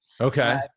Okay